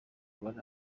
ubone